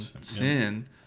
sin